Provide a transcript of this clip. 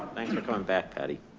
thanks for calling back patty.